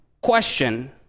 question